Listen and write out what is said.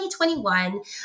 2021